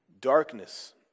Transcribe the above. darkness